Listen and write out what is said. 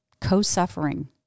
co-suffering